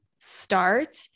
start